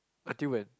until when